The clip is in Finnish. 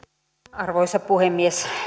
arvoisa puhemies